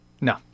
No